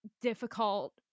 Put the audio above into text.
difficult